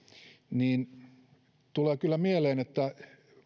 niin tulee kyllä mieleen